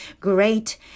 great